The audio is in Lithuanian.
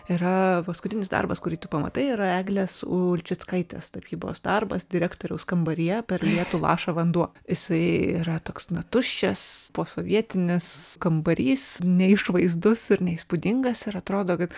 yra paskutinis darbas kurį tu pamatai yra eglės ulčickaitės tapybos darbas direktoriaus kambaryje per lietų laša vanduo jisai yra toks tuščias posovietinis kambarys neišvaizdus ir neįspūdingas ir atrodo kad